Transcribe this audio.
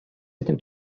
этим